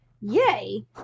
Yay